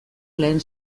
lehen